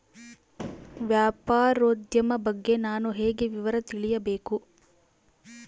ವ್ಯಾಪಾರೋದ್ಯಮ ಬಗ್ಗೆ ನಾನು ಹೇಗೆ ವಿವರ ತಿಳಿಯಬೇಕು?